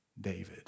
David